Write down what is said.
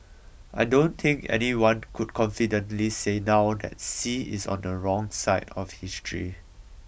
I don't think anyone could confidently say now that Xi is on the wrong side of history